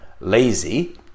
lazy